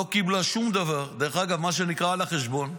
לא קיבלה שום דבר, מה שנקרא: על החשבון.